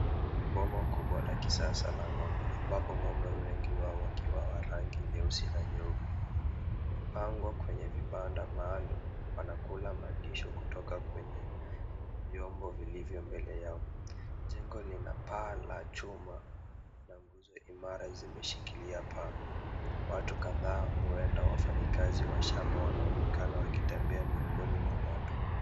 Boma kubwa la kisasa la ng'ombe ambapo ng'ombe wengi wao wakiwa wa rangi nyeusi na nyeupe. Wamepangwa kwenye vibanda maalum, wanakula malisho kutoka kwenye vyombo vilivyo mbele yao. Jengo lina paa la chuma na nguzo imara zimeshikilia paa. Watu kadhaa huenda wafanyikazi wa shamba wanaonekana wakitembea miongoni mwa ng'ombe.